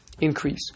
increase